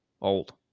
old